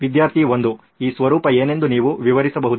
ವಿದ್ಯಾರ್ಥಿ 1 ಈ ಸ್ವರೂಪ ಏನೆಂದು ನೀವು ವಿವರಿಸಬಹುದೇ